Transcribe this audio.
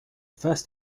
first